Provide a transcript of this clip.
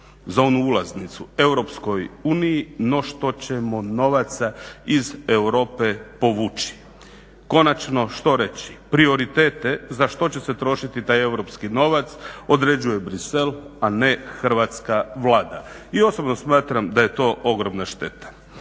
za onu ulaznicu EU no što ćemo novaca iz Europe povući. Konačno što reći? Prioritete za što će se trošiti taj europski novac određuje Bruxelles a ne hrvatska Vlada. I osobno smatram da je to ogromna šteta.